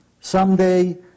someday